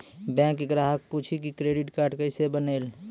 Bank ग्राहक पुछी की क्रेडिट कार्ड केसे बनेल?